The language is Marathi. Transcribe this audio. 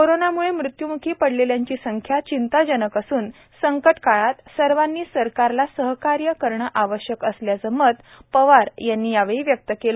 कोरोनामुळे मृत्यूमुखी डलेल्यांची संख्या चिंताजनक असून संकटकाळात सर्वांनी सरकारला सहकार्य करणं आवश्यक असल्याचं मत वार यांनी यावेळी व्यक्त केलं